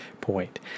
point